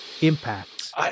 impacts